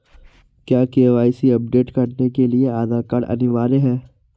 क्या KYC update करने के लिए आधार कार्ड अनिवार्य है?